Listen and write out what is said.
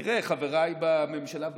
חבריי בממשלה,